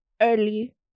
Early